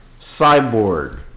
Cyborg